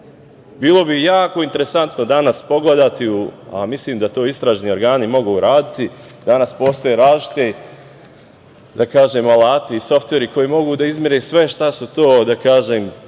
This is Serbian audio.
bi jako interesantno danas pogledati, a mislim da to istražni organi mogu uraditi, danas postoje različiti alati i softveri koji mogu da izmere sve, šta su to, da kažem,